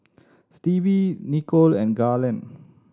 Stevie Nichol and Garland